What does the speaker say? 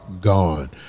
gone